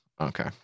okay